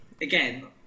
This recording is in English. again